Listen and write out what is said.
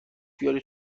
بیارین